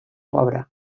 pobre